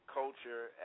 culture